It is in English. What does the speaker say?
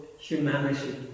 humanity